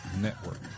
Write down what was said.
Network